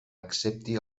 accepti